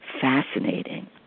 fascinating